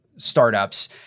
Startups